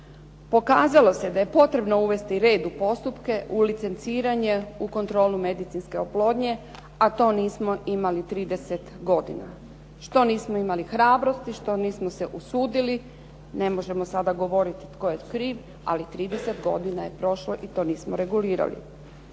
Pokazalo se da je potrebno uvesti red u postupke, u licenciranje, u kontrolu medicinske oplodnje, a to nismo imali 30 godina. Što nismo imali hrabrosti, što nismo se usudili. Ne možemo sada govoriti tko je kriv, ali 30 godina je prošlo i to nismo regulirali.